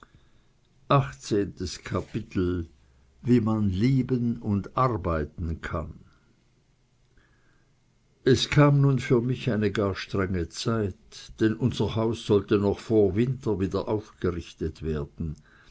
wie man lieben und arbeiten kann es kam nun für mich eine gar strenge zeit denn unser haus sollte noch vor winter wieder aufgerichtet werden